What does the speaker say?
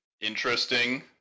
interesting